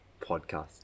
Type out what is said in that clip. Podcast